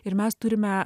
ir mes turime